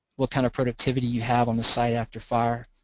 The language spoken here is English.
what kind of productivity you have on the site after fire.